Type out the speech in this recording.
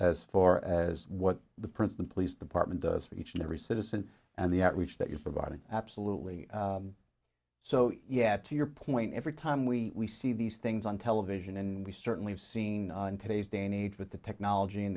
as far as what the prince the police department does for each and every citizen and the outreach that you're providing absolutely so yeah to your point every time we see these things on television and we certainly have seen in today's day and age with the technology and